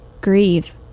grieve